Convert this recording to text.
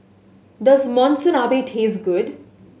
does Monsunabe taste good